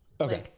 Okay